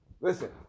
Listen